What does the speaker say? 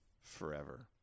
forever